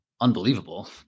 unbelievable